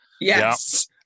yes